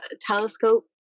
telescope